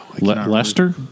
Lester